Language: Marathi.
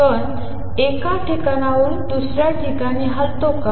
कण एका ठिकाणाहून दुसऱ्या ठिकाणी हलतो का